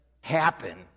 happen